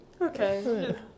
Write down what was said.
Okay